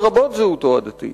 לרבות זהותו הדתית.